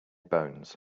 bones